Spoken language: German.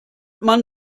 man